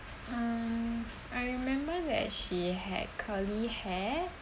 um I remember that she had curly hair